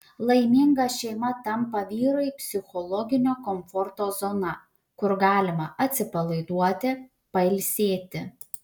laiminga šeima tampa vyrui psichologinio komforto zona kur galima atsipalaiduoti pailsėti